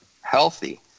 healthy